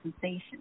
sensation